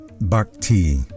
Bhakti